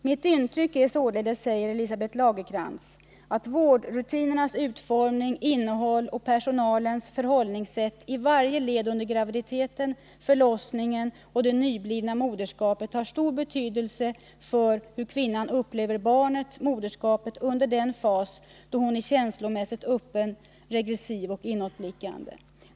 ”Mitt intryck är således”, säger Elisabeth Lagercrantz, ”att vårdrutinernas utformning, innehåll och personalens förhållningssätt i varje led under graviditeten, förlossningen och det nyblivna moderskapet har stor betydelse för hur kvinnan upplever barnet och moderskapet under den fas då hon är känslomässigt öppen, regressiv och inåtblickande.